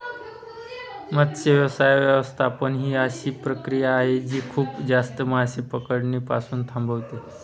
मत्स्य व्यवसाय व्यवस्थापन ही अशी प्रक्रिया आहे जी खूप जास्त मासे पकडणे पासून थांबवते